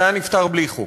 זה היה נפתר בלי חוק.